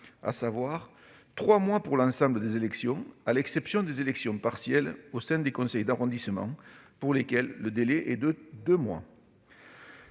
à savoir trois mois pour l'ensemble des élections, à l'exception des élections partielles au sein des conseils d'arrondissement, pour lesquelles le délai est de deux mois.